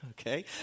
Okay